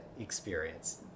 experience